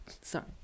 sorry